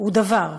הוא דבר.